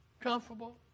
comfortable